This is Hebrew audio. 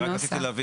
אני רק רצתי להבין,